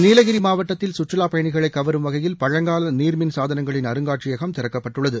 நீலகிரி மாவட்டத்தில் சுற்றுலா பயணிகளை கவரும் வகையில் பழங்கால நீர்மின் சாதனங்களின் அருங்காட்சியகம் திறக்கப்பட்டுள்ளது